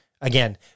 Again